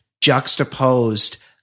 juxtaposed